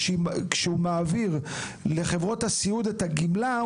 כשהוא מעביר לחברות הסיעוד את הגמלה,